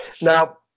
Now